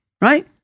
Right